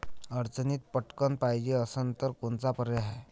अडचणीत पटकण पायजे असन तर कोनचा पर्याय हाय?